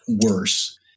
worse